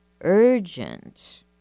urgent